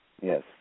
Yes